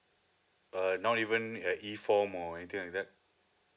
uh not even uh E form or anything like that